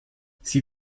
sie